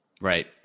Right